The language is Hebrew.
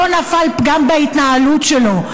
לא נפל פגם בהתנהלות שלו.